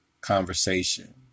conversation